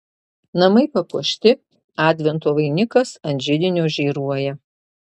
namai papuošti advento vainikas ant židinio žėruoja